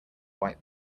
white